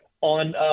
on